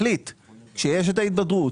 כשיש את ההתבדרות.